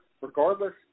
regardless